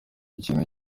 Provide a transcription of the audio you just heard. kintu